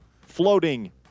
Floating